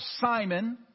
Simon